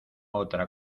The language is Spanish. otra